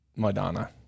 Madonna